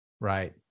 right